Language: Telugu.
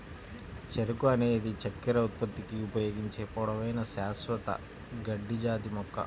చెరకు అనేది చక్కెర ఉత్పత్తికి ఉపయోగించే పొడవైన, శాశ్వత గడ్డి జాతి మొక్క